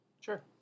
Sure